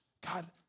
God